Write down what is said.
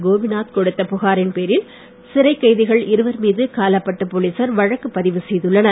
கோபிநாத் கொடுத்த புகாரின் பேரில் சிறைக் கைதிகள் இருவர் மீது காலாப்பட்டு போலீசார் வழக்கு பதிவு செய்துள்ளனர்